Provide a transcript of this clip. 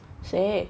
say